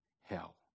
hell